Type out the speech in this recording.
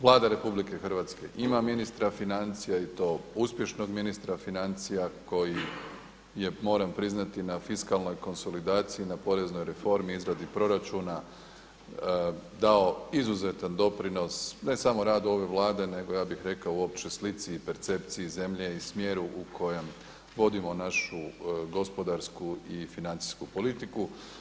Vlada RH ima ministra financija i to uspješnog ministra financija koji je moram priznati na fiskalnoj konsolidaciji, na poreznoj reformi, izradi proračuna dao izuzetan doprinos ne samo radu ove Vlade nego ja bih rekao uopće slici i percepciji zemlje i smjeru u kojem vodimo našu gospodarsku i financijsku politiku.